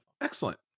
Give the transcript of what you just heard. Excellent